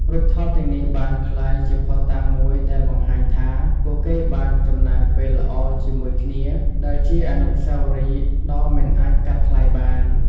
រូបថតទាំងនេះបានក្លាយជាភស្តុតាងមួយដែលបង្ហាញថាពួកគេបានចំណាយពេលល្អជាមួយគ្នា ដែលជាអនុស្សាវរីយ៍ដ៏មិនអាចកាត់ថ្លៃបាន។